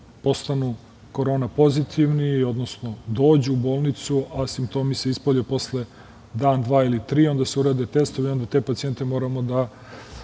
postanu korona pozitivni, odnosno dođu u bolnicu, a simptomi se ispolje posle dan, dva ili tri, onda se urade testovi i te pacijente moramo da